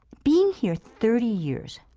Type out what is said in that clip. being here thirty years,